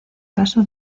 paso